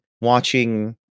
watching